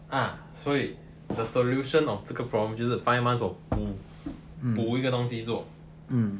ah 所以 the solution of 这个 problem 就是 five months 我补补一个东西做